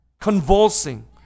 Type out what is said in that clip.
convulsing